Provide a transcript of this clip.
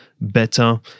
better